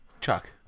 Chuck